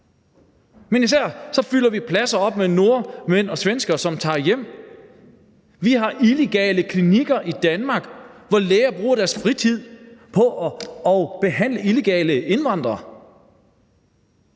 Men i stedet fylder vi pladser op med nordmænd og svenskere, som tager hjem. Vi har illegale klinikker i Danmark, hvor læger bruger deres fritid på at behandle illegale indvandrere.